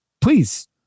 please